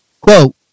Quote